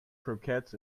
croquettes